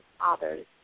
others